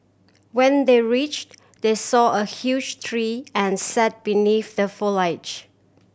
when they reached they saw a huge tree and sat beneath the foliage